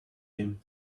him